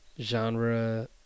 genre